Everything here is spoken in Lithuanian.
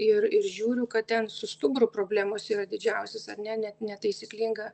ir ir žiūriu kad ten su stuburu problemos yra didžiausios ar ne net netaisyklinga